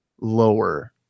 lower